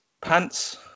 pants